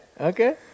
Okay